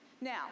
Now